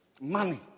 Money